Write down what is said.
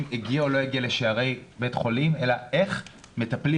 הגיע או לא הגיע לשערי בית חולים אלא איך מטפלים